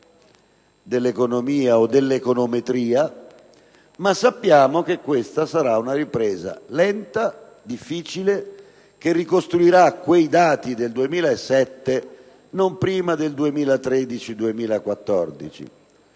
dell'economia o dell'econometria, ma sappiamo che questa sarà una ripresa lenta, difficile e che ricostruirà i dati del 2007 non prima del 2013-2014.